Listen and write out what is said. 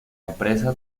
empresa